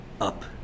up